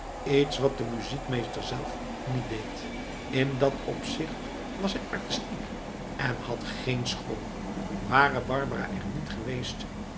iets wat de muziekmeester zelf niet deed in dat opzicht was hij artistiek en had geen school ware barbara er niet geweest